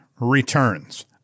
returns